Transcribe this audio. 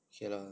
K lah